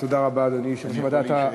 תודה רבה, אדוני, אני יכול להישאר פה?